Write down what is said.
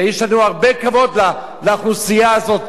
ויש לנו הרבה כבוד לאוכלוסייה הזאת,